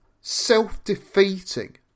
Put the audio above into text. self-defeating